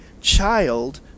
child